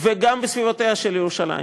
וגם בסביבותיה של ירושלים.